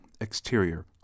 exterior